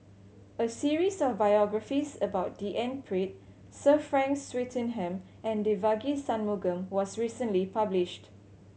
a series of biographies about D N Pritt Sir Frank Swettenham and Devagi Sanmugam was recently published